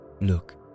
Look